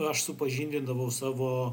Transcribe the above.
aš supažindindavau savo